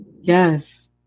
yes